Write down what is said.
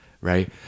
right